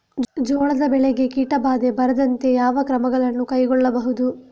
ಜೋಳದ ಬೆಳೆಗೆ ಕೀಟಬಾಧೆ ಬಾರದಂತೆ ಯಾವ ಕ್ರಮಗಳನ್ನು ಕೈಗೊಳ್ಳಬಹುದು?